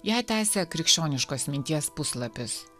ją tęsia krikščioniškos minties puslapis